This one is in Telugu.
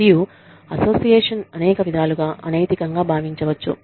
మరియు అసోసియేషన్ అనేక విధాలుగా అనైతికంగా భావించవచ్చు